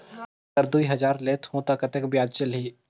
अगर दुई हजार लेत हो ता कतेक ब्याज चलही?